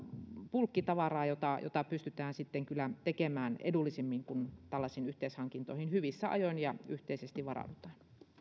bulkkitavaraa jota jota pystytään kyllä tekemään edullisemmin kun tällaisiin yhteishankintoihin hyvissä ajoin ja yhteisesti varaudutaan